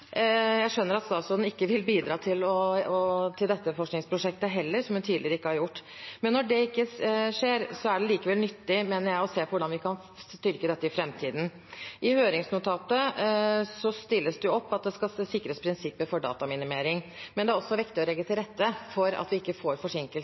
når det ikke skjer, er det likevel nyttig, mener jeg, å se på hvordan vi kan styrke dette i framtiden. I høringsnotatet stilles det opp at det skal sikres prinsipper for dataminimering, men det er også viktig å legge